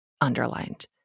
underlined